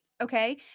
Okay